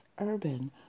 urban